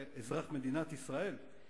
אזרח מדינת ישראל,